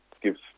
gives